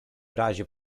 razie